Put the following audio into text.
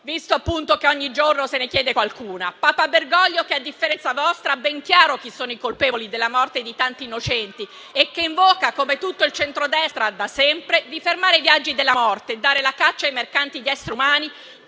visto che ogni giorno se ne chiede qualcuna? Papa Bergoglio, a differenza vostra, ha ben chiaro chi sono i colpevoli della morte di tanti innocenti *(Commenti)* e invoca, come tutto il centrodestra da sempre, di fermare i viaggi della morte e dare la caccia ai mercanti di esseri umani